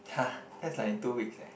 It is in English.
[huh] that's like in two weeks eh